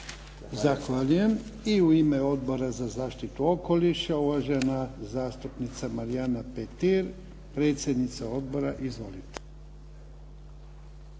Zahvaljujem. I u ime Odbora za zaštitu okoliša, uvažena zastupnica Marijana Petir predsjednica odbora. Izvolite.